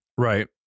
right